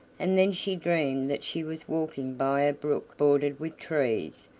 and then she dreamed that she was walking by a brook bordered with trees,